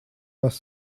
was